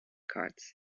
cards